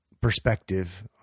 perspective